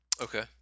Okay